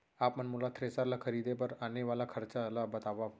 आप मन मोला थ्रेसर ल खरीदे बर आने वाला खरचा ल बतावव?